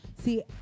See